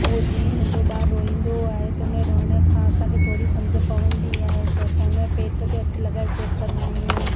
पोइ जीअं ई नंढो ॿारु रोईंदो आहे त उनजे रोइण खां असांखे थोरी सम्झि पवंदी आहे त असां हुन जे पेट ते हथु लॻाए चेक कंदा आहियूं